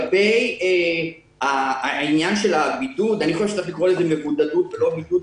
לגבי העניין של הבידוד אני חושב שצריך לקרוא לזה מבודדוּת ולא בידוד,